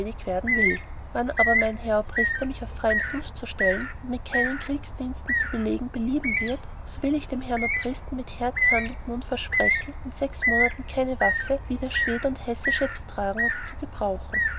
werden will wann aber mein hochg herr obrister mich auf freien fuß zu stellen und mit keinen kriegsdiensten zu belegen belieben wird so will ich dem herrn obristen mit herz mund und hand versprechen in sechs monaten keine waffen wider schwed und hessische zu tragen oder zu gebrauchen